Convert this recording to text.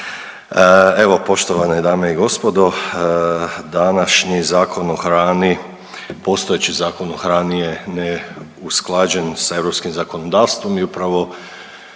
Evo, poštovane dame i gospodo, današnji Zakon o hrani, postojeći Zakon o hrani je neusklađen sa europskim zakonodavstvom i upravo